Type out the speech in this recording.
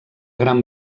gran